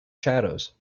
shadows